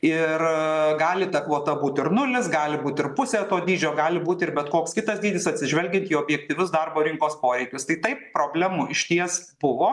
ir gali ta kvota būt ir nulis gali būt ir pusė to dydžio gali būti ir bet koks kitas dydis atsižvelgiant į objektyvius darbo rinkos poreikius tai taip problemų išties buvo